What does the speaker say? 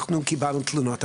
אנחנו קיבלנו תלונות.